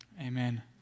Amen